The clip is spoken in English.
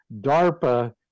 DARPA